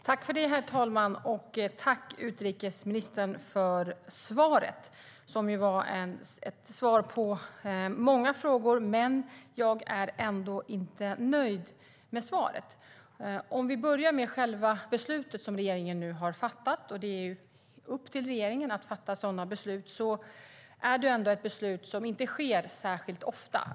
Herr talman! Jag tackar utrikesministern för svaret. Det innehöll svar på många frågor, men jag är ändå inte nöjd med svaret. Jag ska börja med själva beslutet som regeringen nu har fattat, och det är upp till regeringen att fatta sådana beslut. Men det är ändå ett beslut som inte tas särskilt ofta.